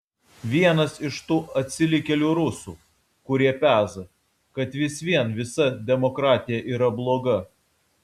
vienas iš tų atsilikėlių rusų kurie peza kad vis vien visa demokratija yra bloga